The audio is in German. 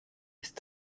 ist